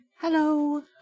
Hello